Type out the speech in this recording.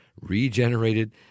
regenerated